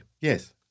Yes